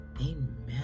Amen